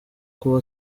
kuba